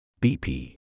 BP